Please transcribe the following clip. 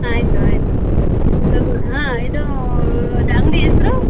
ಆಯಿತು ಆಯಿತು ಹಾಂ ಇದು ಅಂಗಡಿ ಹೆಸ್ರು